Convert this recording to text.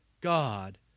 God